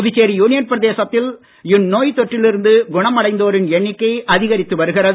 Puducherry union பிரதேசத்தில் இந்நோய் தொற்றிலிருந்து குணமடைந்தோரின் எண்ணிக்கை அதிகரித்து வருகிறது